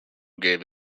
gave